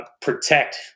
protect